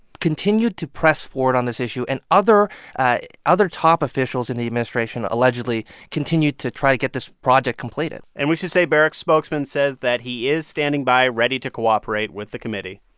continued to press forward on this issue. and other ah other top officials in the administration allegedly continued to try to get this project completed and we should say barrack's spokesman spokesman says that he is standing by, ready to cooperate with the committee.